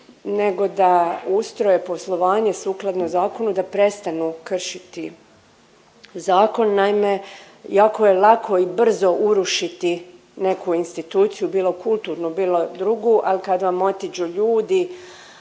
nego da ustroje poslovanje sukladno zakonu i da prestanu kršiti zakon. Naime, jako je lako i brzo urušiti neku instituciju bilo kulturnu, bilo drugu, ali kad vam otiđu ljudi,